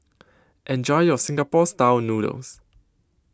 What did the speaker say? Enjoy your Singapore Style Noodles